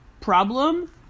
Problem